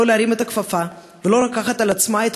לא להרים את הכפפה ולא לקחת על עצמה את